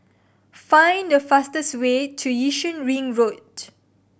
find the fastest way to Yishun Ring Road